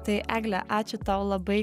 tai egle ačiū tau labai